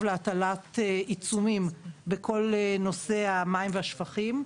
להטלת עיצומים בכל נושא המים והשפכים,